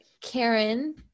Karen